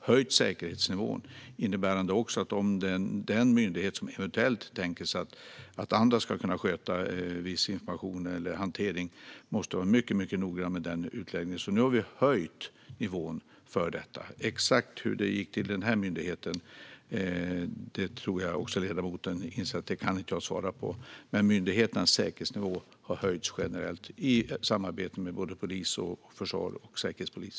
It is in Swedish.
Vi har höjt säkerhetsnivån, vilket innebär att den myndighet som eventuellt tänker sig att andra ska kunna sköta viss information eller hantering måste vara mycket noggrann med den utläggningen. Exakt hur det gick till vid denna myndighet kan jag inte svara på; det tror jag ledamoten inser. Men myndigheternas säkerhetsnivå har höjts generellt i samarbete med polis, försvar och säkerhetspolis.